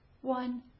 one